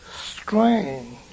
strange